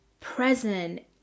present